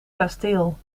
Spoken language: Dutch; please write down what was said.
kasteel